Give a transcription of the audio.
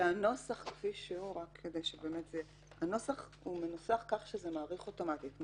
אני רוצה לדייק שהנוסח כפי שהוא מנוסח כך שזה מאריך אוטומטית.